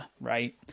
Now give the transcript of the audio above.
right